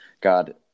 God